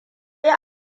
yi